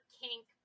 kink